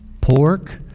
pork